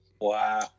Wow